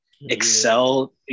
excel